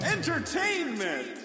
Entertainment